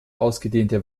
ausgedehnte